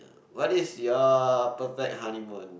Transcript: what is your perfect honeymoon